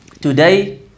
today